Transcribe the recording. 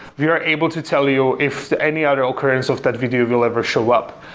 we are able to tell you if any other occurrence of that video will ever show up.